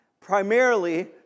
primarily